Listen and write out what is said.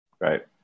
Right